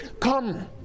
come